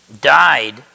died